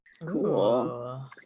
Cool